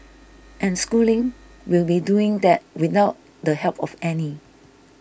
and Schooling will be doing that without the help of any